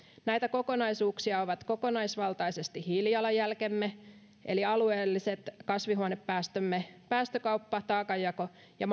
näitä kokonaisuuksia ovat kokonaisvaltaisesti hiilijalanjälkemme eli alueelliset kasvihuonepäästömme päästökauppa taakanjako ja